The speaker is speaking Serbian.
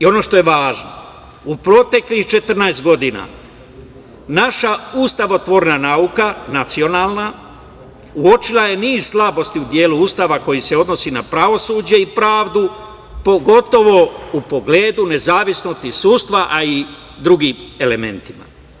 Ono što je važno, u proteklih 14 godina naša ustavotvorna nauka nacionalna uočila je niz slabosti u delu Ustava koji se odnosi na pravosuđe i pravdu, pogotovo u pogledu nezavisnosti sudstva, a i drugih elemenata.